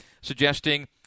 suggesting